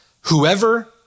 Whoever